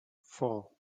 four